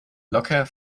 locker